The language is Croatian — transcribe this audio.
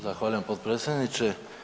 Zahvaljujem potpredsjedniče.